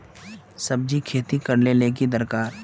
सब्जी खेती करले ले की दरकार?